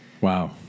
Wow